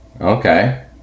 Okay